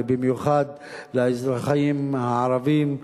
ובמיוחד לאזרחים הערבים,